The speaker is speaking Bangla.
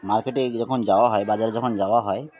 মার্কেটে যখন যাওয়া হয় বাজারে যখন যাওয়া হয়